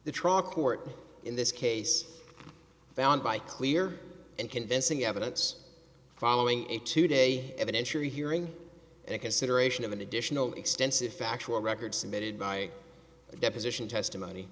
the trial court in this case found by clear and convincing evidence following a two day evidentiary hearing and a consideration of an additional extensive factual record submitted by deposition testimony